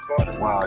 Wow